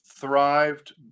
thrived